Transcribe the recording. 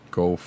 go